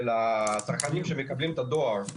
של הצרכנים שמקבלים את הדואר.